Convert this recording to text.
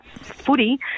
footy